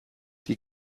die